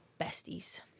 besties